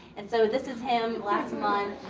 and so, this is him last month.